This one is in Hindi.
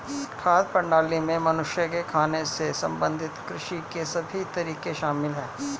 खाद्य प्रणाली में मनुष्य के खाने से संबंधित कृषि के सभी तरीके शामिल है